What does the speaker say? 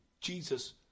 Jesus